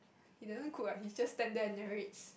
he doesn't cook what he just stand there and narrates